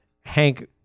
Hank